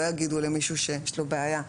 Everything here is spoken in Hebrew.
לא יגידו למישהו שיש לו בעיה: